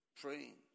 Praying